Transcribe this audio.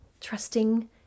trusting